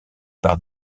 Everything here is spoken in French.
par